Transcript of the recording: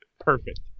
perfect